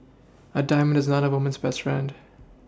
a diamond is not a woman's best friend